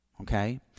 okay